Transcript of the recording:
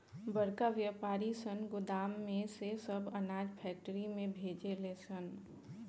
बड़का वायपारी सन गोदाम में से सब अनाज फैक्ट्री में भेजे ले सन